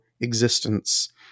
existence